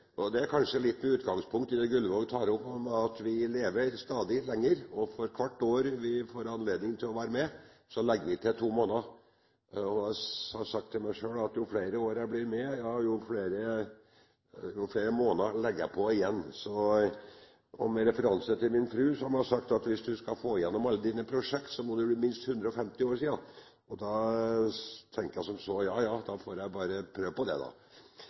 det. Det er kanskje litt med utgangspunkt i det Gullvåg tar opp, om at vi lever stadig lenger, og for hvert år vi får anledning til å være med, legger vi til to måneder. Jeg har sagt til meg selv at jo flere år jeg blir med, jo flere måneder legger jeg på – og med referanse til min frue som har sagt til meg: Hvis du skal få igjennom alle dine prosjekter, må du bli minst 150 år. Da tenker jeg som så: Ja, da får jeg prøve på det da.